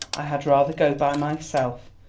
i had rather go by myself.